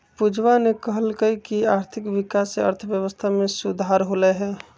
पूजावा ने कहल कई की आर्थिक विकास से अर्थव्यवस्था में सुधार होलय है